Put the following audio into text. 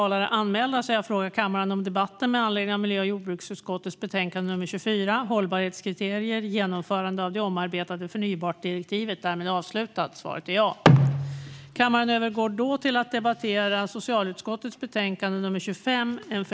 Hållbarhetskriterier - genomförande av det omarbetade förnybart-direktivet